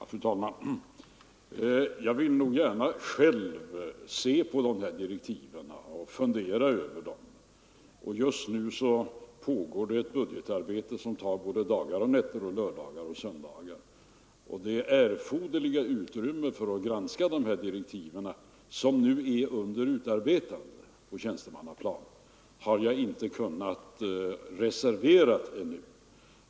Fru talman! Jag vill nog gärna själv se på de här direktiven och fundera över dem. Just nu pågår ett budgetarbete som tar både dagar och nätter, både lördagar och söndagar. Det erforderliga utrymmet för att granska dessa direktiv, som nu är under utarbetande på tjänstemannaplanet, har jag inte kunnat reservera ännu.